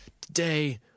today